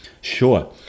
Sure